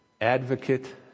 advocate